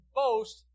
boast